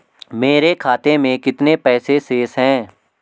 मेरे खाते में कितने पैसे शेष हैं?